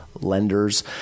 lenders